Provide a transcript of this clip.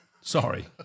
Sorry